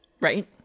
Right